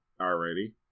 Alrighty